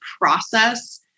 process